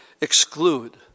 exclude